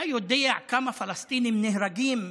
אתה יודע כמה פלסטינים נהרגים בשכם,